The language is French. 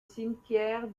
cimetière